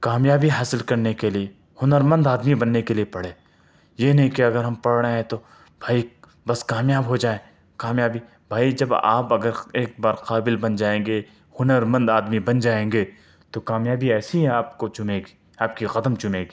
کامیابی حاصل کرنے کے لیے ہنرمند آدمی بننے کے لیے پڑھے یہ نہیں کہ اگر ہم پڑھ رہے ہیں تو بھائی بس کامیاب ہو جائیں کامیابی بھائی جب آپ اگر ایک بار قابل بن جائیں گے ہنرمند آدمی بن جائیں گے تو کامیابی ایسی آپ کو چومے گی آپ کے قدم چومے گی